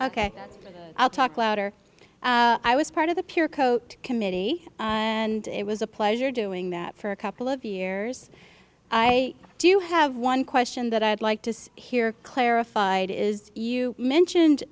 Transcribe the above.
ok i'll talk louder i was part of the pure coat committee and it was a pleasure doing that for a couple of years i do have one question that i'd like to see here clarified is you mentioned